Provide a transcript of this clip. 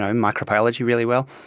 ah and microbiology, really well.